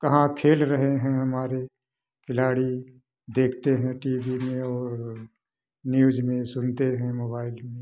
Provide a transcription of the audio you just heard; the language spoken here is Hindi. कहाँ खेल रहे हैं हमारे खिलाड़ी देखते हैं टी वी में और न्यूज में सुनते हैं मोबाइल में